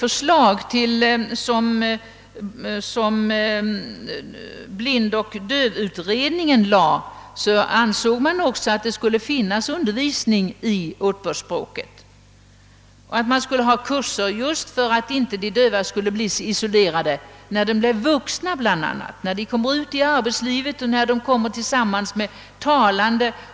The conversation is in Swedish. Enligt det förslag som blindoch dövutredningen lade fram skulle det också ordnas kurser i åtbördsspråket just för att de döva inte skulle bli så isolerade. Denna hjälp skulle behövas för att bryta deras isolering när de blir vuxna och kommer ut i arbetslivet och tillsammans med talande.